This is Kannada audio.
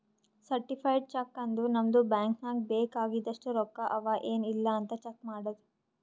ಸರ್ಟಿಫೈಡ್ ಚೆಕ್ ಅಂದುರ್ ನಮ್ದು ಬ್ಯಾಂಕ್ ನಾಗ್ ಬೇಕ್ ಆಗಿದಷ್ಟು ರೊಕ್ಕಾ ಅವಾ ಎನ್ ಇಲ್ಲ್ ಅಂತ್ ಚೆಕ್ ಮಾಡದ್